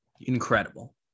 incredible